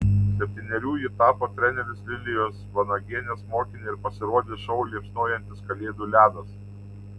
septynerių ji tapo trenerės lilijos vanagienės mokine ir pasirodė šou liepsnojantis kalėdų ledas